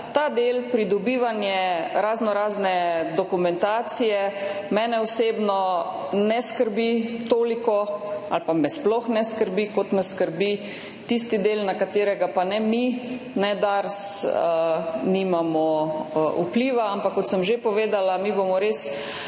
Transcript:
ta del pridobivanja raznorazne dokumentacije mene osebno ne skrbi toliko ali pa me sploh ne skrbi. Me pa skrbi tisti del, na katerega pa ne mi ne Dars nimamo vpliva. Ampak kot sem že povedala, mi bomo res